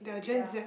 ya